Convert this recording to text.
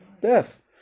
Death